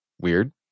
weird